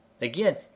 Again